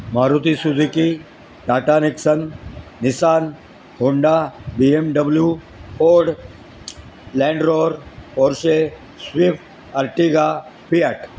Maruti Suzuki Tata Nixon Nissan Honda B M W Ford Land Rover Porsche Swift Ertiga Fiat